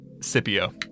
Scipio